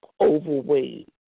overweight